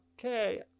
Okay